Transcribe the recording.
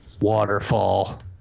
waterfall